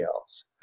else